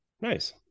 nice